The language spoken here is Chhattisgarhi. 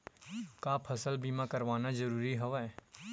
का फसल बीमा करवाना ज़रूरी हवय?